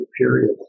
period